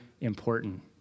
important